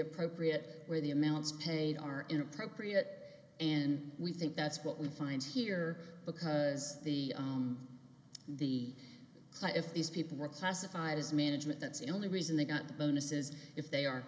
appropriate where the amounts paid are inappropriate and we think that's what we find here because the the so if these people were classified as management that's the only reason they got the bonuses if they are